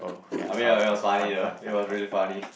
I mean it was it was funny though it was really funny